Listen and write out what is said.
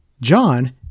John